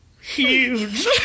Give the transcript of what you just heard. huge